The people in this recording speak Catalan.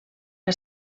que